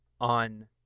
on